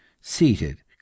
SEATED